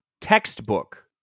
textbook